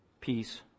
peace